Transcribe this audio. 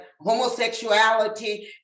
homosexuality